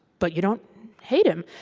but you don't hate him.